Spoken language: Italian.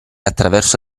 attraverso